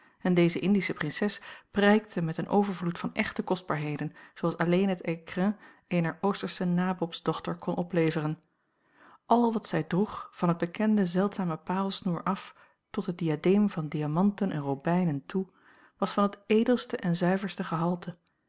en deze indische prinses prijkte met een overvloed van echte kostbaarheden zooals alleen het écrin eener oostersche nabobsdochter kon opleveren al wat zij droeg van het bekende zeldzame paarlsnoer af tot den diadeem van diamanten en robijnen toe was van het edelste en zuiverste gehalte